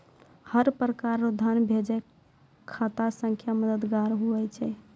हर प्रकार रो धन भेजै मे खाता संख्या मददगार हुवै छै